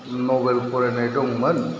नभेल फरायनाय दंमोन